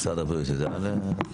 משרד הבריאות יודע על זה?